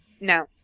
No